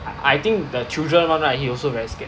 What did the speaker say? I I think the children one right he also very scared